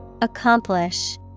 Accomplish